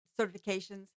certifications